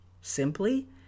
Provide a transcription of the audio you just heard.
Simply